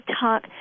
talk